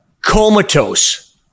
comatose